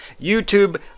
YouTube